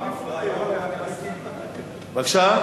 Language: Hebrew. בבקשה?